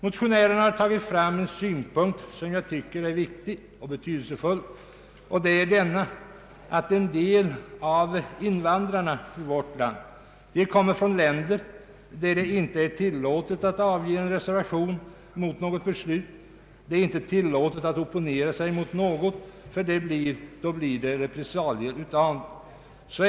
Motionärerna har anfört en synpunkt som jag finner viktig och betydelsefull, nämligen att en del av invandrarna i vårt land kommer från länder där det inte är tillåtet att avge reservation mot något beslut och där det inte är tillåtet att opponera sig mot något, eftersom detta leder till repressalier.